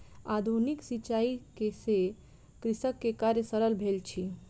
आधुनिक सिचाई से कृषक के कार्य सरल भेल अछि